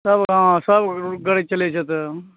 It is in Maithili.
सब गड़ि चलै छै एतऽ